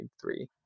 three